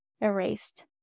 erased